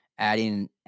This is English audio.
adding